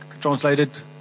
translated